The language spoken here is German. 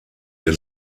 ihr